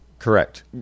Correct